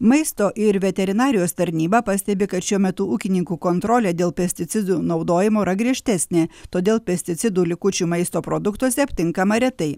maisto ir veterinarijos tarnyba pastebi kad šiuo metu ūkininkų kontrolė dėl pesticidų naudojimo yra griežtesnė todėl pesticidų likučių maisto produktuose aptinkama retai